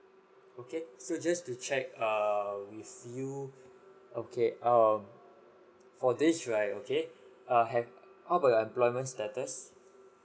okay so just to check err with you okay err for this right okay err have how about your employment status